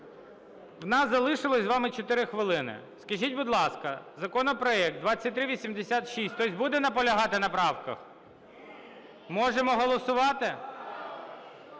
у нас залишилося з вами 4 хвилини. Скажіть, будь ласка, законопроект 2386, хтось буде наполягати на правках? Можемо голосувати?